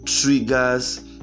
triggers